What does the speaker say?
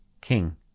king